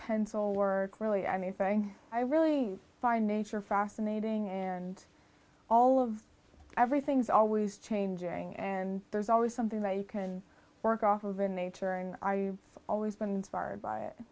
pencil work really anything i really find nature fascinating and all of everything's always changing and there's always something that you can work off of in nature and are you've always been barred by it